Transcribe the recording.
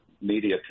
media